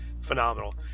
phenomenal